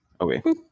Okay